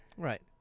Right